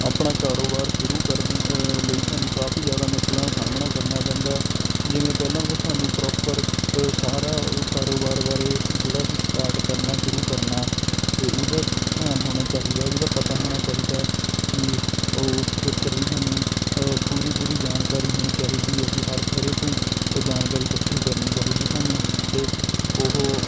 ਆਪਣਾ ਕਾਰੋਬਾਰ ਸ਼ੁਰੂ ਕਰਨ ਲਈ ਸਾਨੂੰ ਕਾਫੀ ਜ਼ਿਆਦਾ ਮੁਸ਼ਕਿਲਾਂ ਦਾ ਸਾਹਮਣਾ ਕਰਨਾ ਪੈਂਦਾ ਹੈ ਜਿਵੇਂ ਪਹਿਲਾਂ ਤਾਂ ਸਾਨੂੰ ਪ੍ਰੋਪਰ ਸਾਰਾ ਕਾਰੋਬਾਰ ਬਾਰੇ ਜਿਹੜਾ ਅਸੀਂ ਸਟਾਰਟ ਕਰਨਾ ਸ਼ੁਰੂ ਕਰਨਾ ਅਤੇ ਉਹਦਾ ਧਿਆਨ ਹੋਣਾ ਚਾਹੀਦਾ ਉਹਦਾ ਪਤਾ ਹੋਣਾ ਚਾਹੀਦਾ ਕਿ ਉਸ ਖੇਤਰ ਦੀ ਸਾਨੂੰ ਪੂਰੀ ਪੂਰੀ ਜਾਣਕਾਰੀ ਹੋਣੀ ਚਾਹੀਦੀ ਹੈ ਅਸੀਂ ਹਰ ਥਿਰੇ ਤੋਂ ਉਹ ਜਾਣਕਾਰੀ ਇਕੱਠੀ ਕਰਨ ਚਾਹੀਦੀ ਸਾਨੂੰ ਅਤੇ ਉਹ